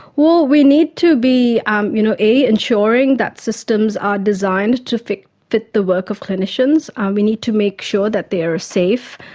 well, we need to be um you know ensuring that systems are designed to fit fit the work of clinicians. we need to make sure that they are safe,